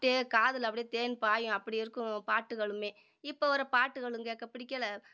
அப்படியே காதில் அப்படியே தேன் பாயும் அப்படி இருக்கும் பாட்டுகளுமே இப்போ வர பாட்டுகளும் கேட்க பிடிக்கலை